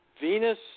Venus